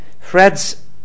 Fred's